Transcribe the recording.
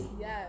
Yes